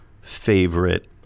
favorite